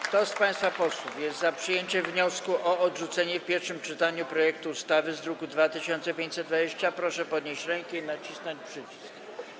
Kto z państwa posłów jest za przyjęciem wniosku o odrzucenie w pierwszym czytaniu projektu ustawy z druku nr 2520, proszę podnieść rękę i nacisnąć przycisk.